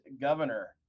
governor